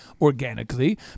organically